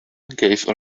gave